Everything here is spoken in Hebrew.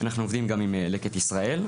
אנחנו עובדים גם עם 'לקט ישראל',